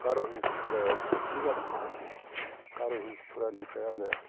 गार' hills टुरायाव फस्थिं जादों गार' हिल्स टुरानिफ्राय आङो